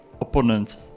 opponent